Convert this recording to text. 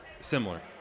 Similar